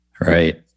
Right